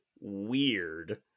weird